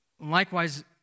Likewise